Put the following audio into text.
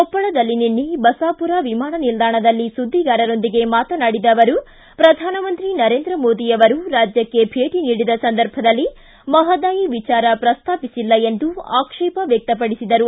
ಕೊಪ್ಪಳದಲ್ಲಿ ನಿನ್ನೆ ಬಸಾಪುರ ವಿಮಾನ ನಿಲ್ದಾಣದಲ್ಲಿ ಸುದ್ದಿಗಾರರೊಂದಿಗೆ ಮಾತನಾಡಿದ ಅವರು ಪ್ರಧಾನಮಂತ್ರಿ ನರೇಂದ್ರ ಮೋದಿಯವರು ರಾಜ್ಯಕ್ಷೆ ಭೇಟಿ ನೀಡಿದ ಸಂದರ್ಭದಲ್ಲಿ ಮಹದಾಯಿ ವಿಚಾರ ಪ್ರಸ್ತಾಪಿಸಿಲ್ಲ ಎಂದು ಆಕ್ಷೇಪ ವ್ಯಕ್ತಪಡಿಸಿದರು